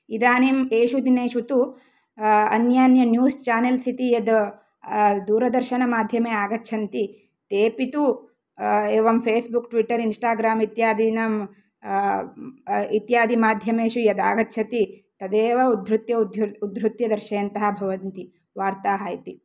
इदानीम् एषु दिनेषु तु अन्यान्य न्यूस् चेनल्स् इति यत् दूरदर्शनमाध्यमे आगच्छन्ति तेऽपि तु एवं फ़ेस्बुक् ट्विटर् इन्स्टाग्राम् इत्यादीनां इत्यादि माध्यमेषु यत् आगच्छति तदेव उद्धृत्य उद् उद्धृत्य दर्शयन्तः भवन्ति वार्ताः इति